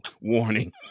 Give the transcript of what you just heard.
warning